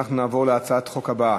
אנחנו נעבור להצעת החוק הבאה,